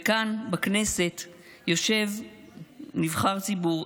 וכאן בכנסת יושב נבחר ציבור,